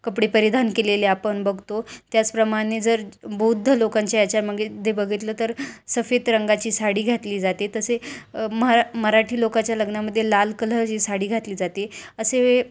कपडे परिधान केलेले आपण बघतो त्याचप्रमाणे जर बौद्ध लोकांच्या याच्यामागे जे बघितलं तर सफेद रंगाची साडी घातली जाते तसे मरा मराठी लोकांच्या लग्नामध्ये लाल कलरची साडी घातली जाते असे